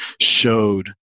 showed